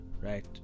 right